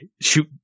shoot